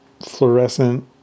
fluorescent